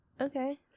Okay